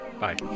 bye